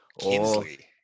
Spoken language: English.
Kinsley